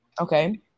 Okay